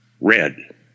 Red